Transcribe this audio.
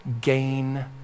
Gain